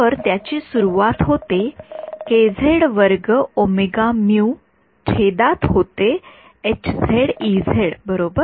तर त्याची सुरुवात होते छेदात होते बरोबर